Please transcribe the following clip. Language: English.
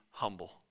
humble